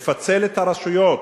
לפצל את הרשויות